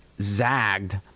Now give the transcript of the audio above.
zagged